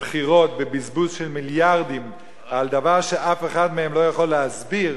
לבחירות בבזבוז של מיליארדים על דבר שאף אחד מהם לא יכול להסביר,